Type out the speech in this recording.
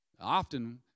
Often